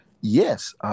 Yes